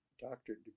doctorate